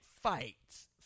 fights